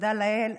ותודה לאל,